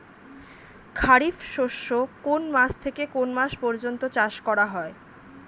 খারিফ শস্য কোন মাস থেকে কোন মাস পর্যন্ত চাষ করা হয়?